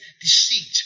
deceit